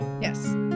yes